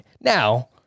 Now